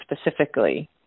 specifically